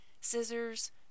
scissors